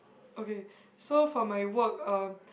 okay so for my work um